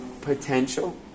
potential